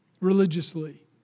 religiously